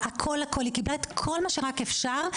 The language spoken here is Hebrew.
והיא קיבלה את כל מה שרק היה אפשר.